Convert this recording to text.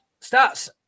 stats